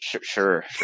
sure